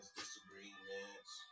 disagreements